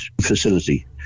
facility